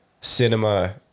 cinema